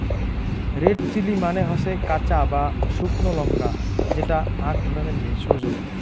red chili মানে হসে কাঁচা বা শুকনো লঙ্কা যেটা আক ধরণের ভেষজ